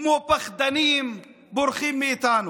כמו פחדנים בורחים מאיתנו.